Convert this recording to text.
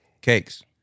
Cakes